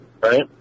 right